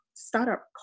startup